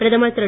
பிரதமர் திரு